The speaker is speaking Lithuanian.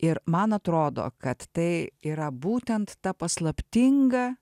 ir man atrodo kad tai yra būtent ta paslaptinga